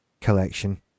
collection